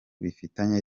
bifitanye